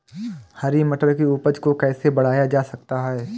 हरी मटर की उपज को कैसे बढ़ाया जा सकता है?